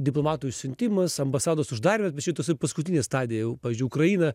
diplomatų išsiuntimas ambasados uždarymas bet čia toksai paskutinė stadija jau pavyzdžiui ukraina